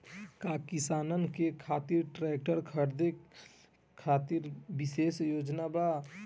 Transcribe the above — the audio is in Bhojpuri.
का किसानन के खातिर ट्रैक्टर खरीदे खातिर विशेष योजनाएं बा?